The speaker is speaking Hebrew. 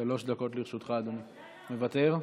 שלוש דקות לרשותך, אדוני, מוותר.